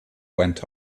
went